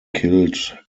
killed